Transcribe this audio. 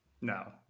No